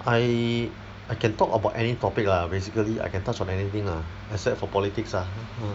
I I can talk about any topic lah basically I can touch on anything ah except for politics ah